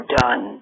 done